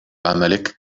عملك